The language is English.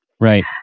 Right